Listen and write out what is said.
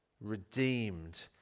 redeemed